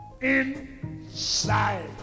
inside